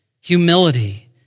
humility